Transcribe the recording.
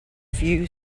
few